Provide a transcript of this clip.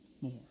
more